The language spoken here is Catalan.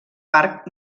parc